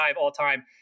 all-time